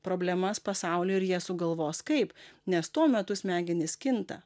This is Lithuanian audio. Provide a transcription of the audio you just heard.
problemas pasauly ir jie sugalvos kaip nes tuo metu smegenys kinta